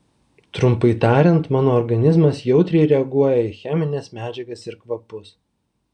trumpai tariant mano organizmas jautriai reaguoja į chemines medžiagas ir kvapus